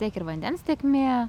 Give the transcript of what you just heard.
tiek ir vandens tėkmė